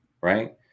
right